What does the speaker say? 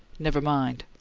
never mind.